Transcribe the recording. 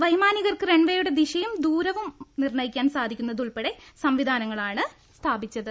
വൈമാനി കർക്ക് റൺവേയുടെ ദിശയും ദൂരവും നിർണയിക്കാൻ സാധി ക്കുന്നത് ഉൾപ്പെടെ സംവിധാനങ്ങളാണ് സ്ഥാപിച്ചത്